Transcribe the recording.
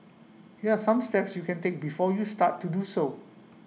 here are some steps you can take before you start to do so